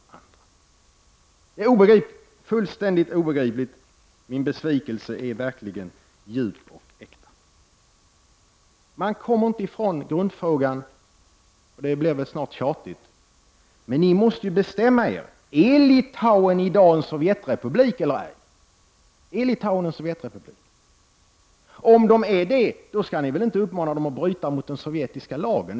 Det är obegripligt, fullständigt obegripligt, och min besvikelse är verkligen djup och äkta. Man kommer inte ifrån grundfrågan, och det här blir väl snart tjatigt: Ni måste bestämma er! Är Litauen i dag en sovjetrepublik eller ej? Om den är det, skall ni väl inte uppmana litauerna att bryta mot den sovjetiska lagen.